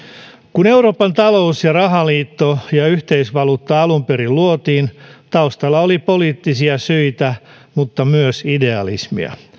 kun euroopan talous ja rahaliitto ja yhteisvaluutta alun perin luotiin taustalla oli poliittisia syitä mutta myös idealismia